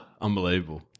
Unbelievable